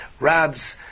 Rab's